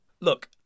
Look